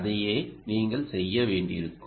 அதையே நீங்கள் செய்ய வேண்டியிருக்கும்